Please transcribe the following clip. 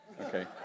Okay